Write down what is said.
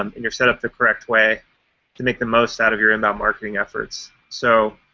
um and you're set up the correct way to make the most out of your inbound marketing efforts. so,